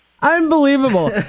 Unbelievable